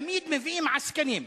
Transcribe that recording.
תמיד מביאים עסקנים.